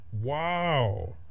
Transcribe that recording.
Wow